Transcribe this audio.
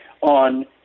on